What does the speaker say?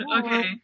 okay